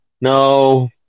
no